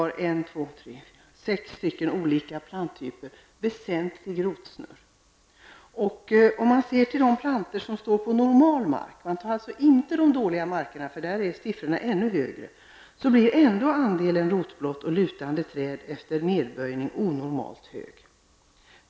Näst bäst är Ser man till de plantor som står på ''normal'' mark -- inte de dåliga markerna där siffrorna är ännu högre -- blir ändå andelen rotbrott och lutande träd efter nedböjning onormalt hög.